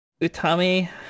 Utami